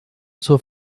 zur